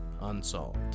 Unsolved